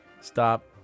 stop